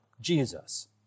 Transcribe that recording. Jesus